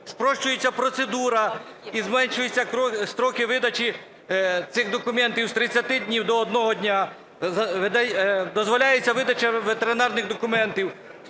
Спрощується процедура і зменшуються строки видачі цих документів з 30 днів до 1 дня, дозволяється видача ветеринарних документів,